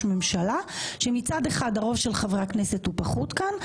ממשלה שמצד אחד הרוב של חברי הכנסת הוא פחות כאן,